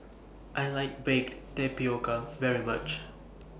I like Baked Tapioca very much